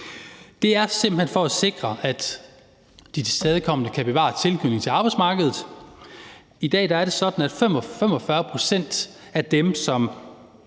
Det er simpelt hen for at sikre, at de tilskadekomne kan bevare tilknytningen til arbejdsmarkedet. I dag er det sådan, at 45 pct. af dem,